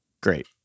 Great